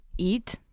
eat